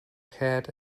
head